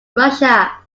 russia